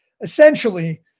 essentially